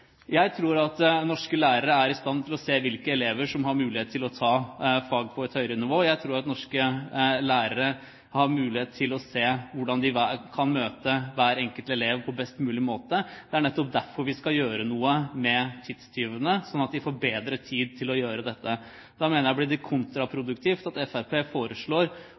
Jeg tror at norske lærere er i stand til å se hvilke elever som har mulighet til å ta fag på et høyere nivå. Jeg tror at norske lærere har mulighet til å se hvordan de kan møte hver enkelt elev på best mulig måte. Det er nettopp derfor vi skal gjøre noe med tidstyvene, slik at de får bedre tid til å gjøre dette. Da mener jeg det blir kontraproduktivt at Fremskrittspartiet foreslår